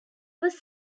was